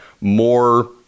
more